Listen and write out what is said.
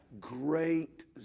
great